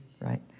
right